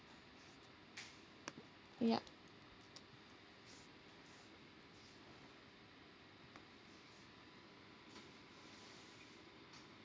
yup